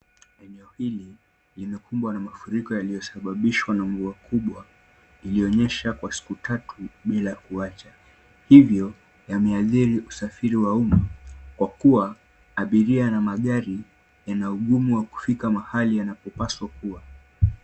Eneno hili imekumbwa na mafuriko yaliyosababishwa na mvua kubwa iliyonyesha kwa siku tatu bila kuacha. Hivyo, yameathiri usafiri wa umma kwa kuwa abiria na magari yana ugumu wa kufika mahali yanapopaswa kuwa.